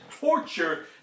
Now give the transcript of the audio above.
torture